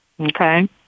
okay